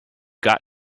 got